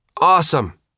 Awesome